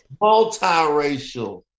Multiracial